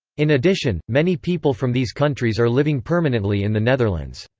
in addition, many people from these countries are living permanently in the netherlands.